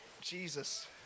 Jesus